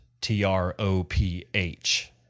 T-R-O-P-H